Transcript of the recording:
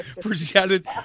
presented